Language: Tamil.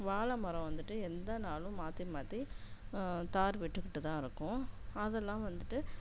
வாழைமரம் வந்துவிட்டு எந்த நாளும் மாற்றி மாற்றி தார் விட்டுக்கிட்டு தான் இருக்கும் அதெல்லாம் வந்துவிட்டு